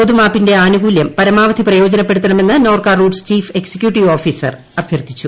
പൊതുമാപ്പിന്റെ ആനുകൂല്യം പ്രമാവധി പ്രയോജനപ്പെടുത്തണമെന്ന് Norka Roots chief executive officer അഭ്യർതഥിച്ചു